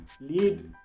lead